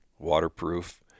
waterproof